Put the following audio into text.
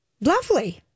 Lovely